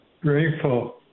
Grateful